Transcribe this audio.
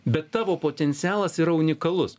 bet tavo potencialas yra unikalus